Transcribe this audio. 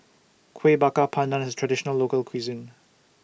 Kueh Bakar Pandan IS A Traditional Local Cuisine